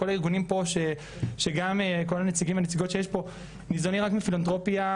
כל הארגונים פה וגם כל הנציגים והנציגות שיש פה ניזונים רק מפילנתרופיה,